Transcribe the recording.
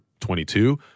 22